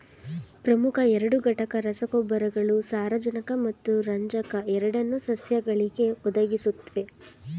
ಪ್ರಮುಖ ಎರಡು ಘಟಕ ರಸಗೊಬ್ಬರಗಳು ಸಾರಜನಕ ಮತ್ತು ರಂಜಕ ಎರಡನ್ನೂ ಸಸ್ಯಗಳಿಗೆ ಒದಗಿಸುತ್ವೆ